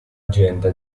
gente